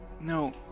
No